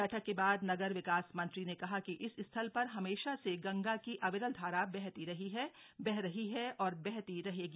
बैठक के बाद नगर विकास मंत्री ने कहा कि इस स्थल पर हमेशा से गंगा की अविरल धारा बहती रही है बह रही है और बहती रहेगी